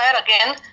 again